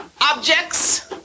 objects